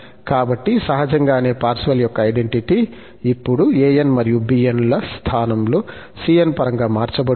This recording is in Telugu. కాబట్టి సహజంగానే పార్సెవల్ యొక్క ఐడెంటిటీ ఇప్పుడు an మరియు bn ల స్థానంలో cn పరంగా మార్చబడుతుంది